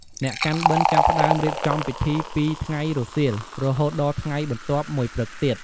អ្នកកាន់បិណ្ឌចាប់ផ្តើមរៀបចំពិធីពីថ្ងៃរសៀល រហូតដល់ថ្ងៃបន្ទាប់មួយព្រឹកទៀត។